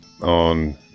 on